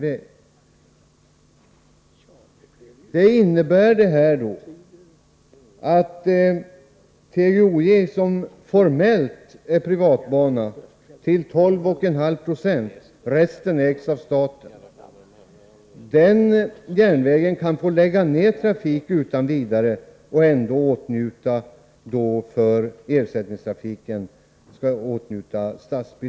Det innebär att TGOJ, som formellt är privatbana till 12,5 26 — resten ägs av staten — kan få lägga ned trafik utan vidare och ändå åtnjuta statsbidrag för ersättningstrafiken.